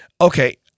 Okay